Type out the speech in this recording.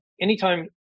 anytime